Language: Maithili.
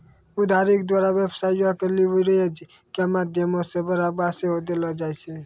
उधारी के द्वारा व्यवसायो के लीवरेज के माध्यमो से बढ़ाबा सेहो देलो जाय छै